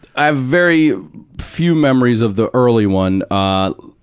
i have very few memories of the early one. ah,